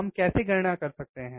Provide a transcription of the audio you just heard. हम कैसे गणना कर सकते हैं